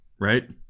right